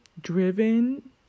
driven